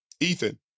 ethan